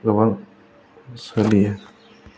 गोबां सोलियो